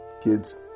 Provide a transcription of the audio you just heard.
Kids